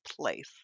place